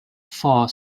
for